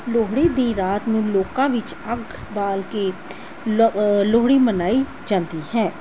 ਲੋਹੜੀ ਦੀ ਰਾਤ ਨੂੰ ਲੋਕਾਂ ਵਿੱਚ ਅੱਗ ਬਾਲ ਕੇ ਲੋ ਲੋਹੜੀ ਮਨਾਈ ਜਾਂਦੀ ਹੈ